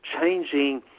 changing